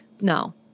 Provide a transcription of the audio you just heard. No